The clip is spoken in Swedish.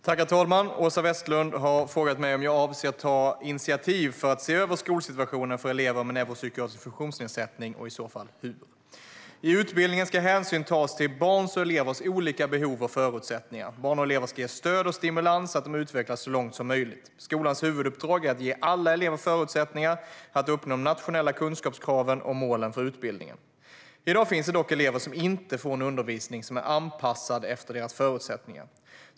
Herr talman! Åsa Westlund har frågat mig om jag avser att ta initiativ för att se över skolsituationen för elever med neuropsykiatrisk funktionsnedsättning och i så fall hur. I utbildningen ska hänsyn tas till barns och elevers olika behov och förutsättningar. Barn och elever ska ges stöd och stimulans så att de utvecklas så långt som möjligt. Skolans huvuduppdrag är att ge alla elever förutsättningar att uppnå de nationella kunskapskraven och målen för utbildningen. I dag finns det dock elever som inte får en undervisning som är anpassad efter deras förutsättningar.